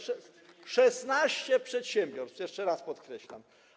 16 przedsiębiorstw - jeszcze raz podkreślam.